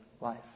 life